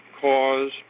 caused